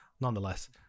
nonetheless